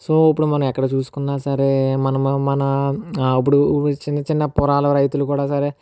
so ఇపుడు మనం ఎక్కడ చూసుకున్న సరే మనం మన ఇపుడు చిన్న చిన్న పొలాల రైతులైనా సరే